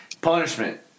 Punishment